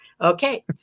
Okay